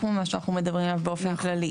ממה שאנחנו מדברים עליו באופן כללי.